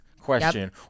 question